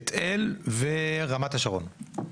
בית אל ורמת השרון.